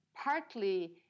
partly